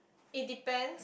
it depend